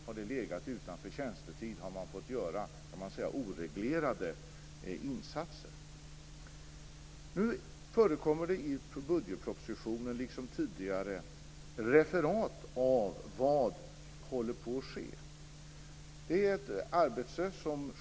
Har det skett utanför tjänstetid har man fått göra oreglerade insatser. Det förekommer i budgetpropositionen, liksom tidigare, referat av vad som håller på att ske.